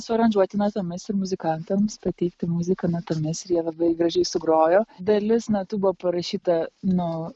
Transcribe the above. suaranžuoti natomis ir muzikantams pateikti muziką natomis ir jie labai gražiai sugrojo dalis natų buvo parašyta nu